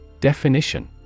Definition